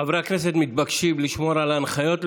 חברי הכנסת מתבקשים לשמור על ההנחיות,